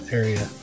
area